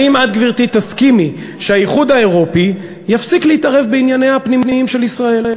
תסכימי שהאיחוד האירופי יפסיק להתערב בענייניה הפנימיים של ישראל?